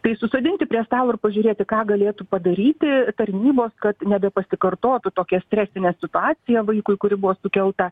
tai susodinti prie stalo ir pažiūrėti ką galėtų padaryti tarnybos kad nebe pasikartotų tokia stresinė situacija vaikui kuri buvo sukelta